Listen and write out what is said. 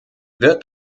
wird